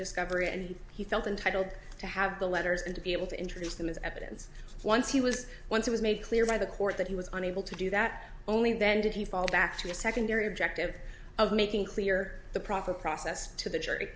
discovery and he felt entitled to have the letters and to be able to introduce them as evidence once he was once it was made clear by the court that he was unable to do that only then did he fall back to a secondary objective of making clear the proper process to the jury